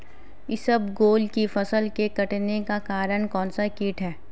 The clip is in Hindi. इसबगोल की फसल के कटने का कारण कौनसा कीट है?